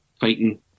fighting